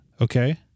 okay